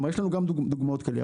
כלומר, יש לנו גם דוגמאות כאלה.